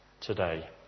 today